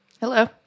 Hello